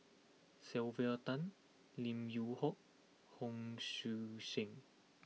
Sylvia Tan Lim Yew Hock Hon Sui Sen